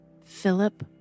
Philip